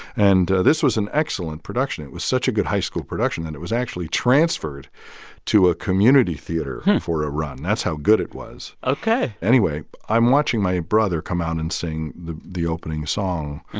and this was an excellent production. it was such a good high school production that and it was actually transferred to a community theater for a run. that's how good it was ok anyway, i'm watching my brother come out and sing the the opening song,